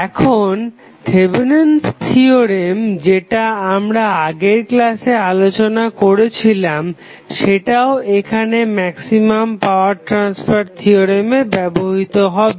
এখন Thevenin's theorem যেটা আমরা আগের ক্লাসে আলোচনা করেছিলাম সেটাও এখানে ম্যাক্সিমাম পাওয়ার ট্রাসফার থিওরেমে ব্যবহৃত হবে